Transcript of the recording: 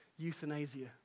euthanasia